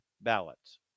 ballots